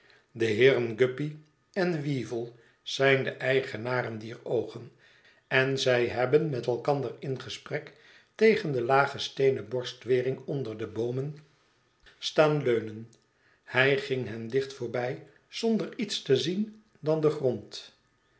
de heerenguppy en weevle zijn de eigenaren dier oogen en zij hebben met elkander in gesprek tegen de lage steenen borstwering onder de boomen staan leunen hij ging hen dicht voorbij zonder iets te zien dan den grond